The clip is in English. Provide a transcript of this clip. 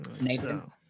Nathan